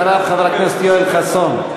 אחריו, חבר הכנסת יואל חסון.